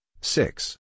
six